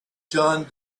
john